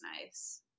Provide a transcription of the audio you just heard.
nice